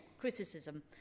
criticism